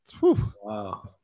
Wow